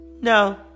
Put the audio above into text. No